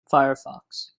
firefox